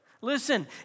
listen